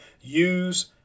use